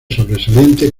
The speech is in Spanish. sobresaliente